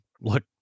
look